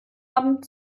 haben